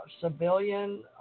Civilian